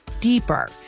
deeper